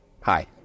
Hi